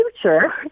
future